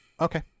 Okay